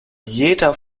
jeder